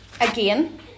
again